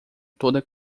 toda